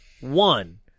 One